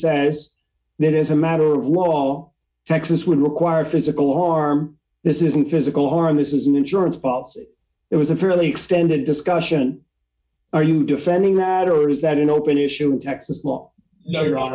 says that as a matter of law texas would require physical harm this isn't physical harm this is an insurance policy it was a fairly extended discussion are you defending that or is that an open issue in texas law yet your hon